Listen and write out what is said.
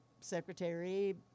secretary